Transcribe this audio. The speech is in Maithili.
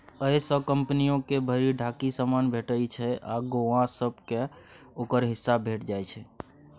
अय सँ कंपनियो के भरि ढाकी समान भेटइ छै आ गौंआ सब केँ ओकर हिस्सा भेंट जाइ छै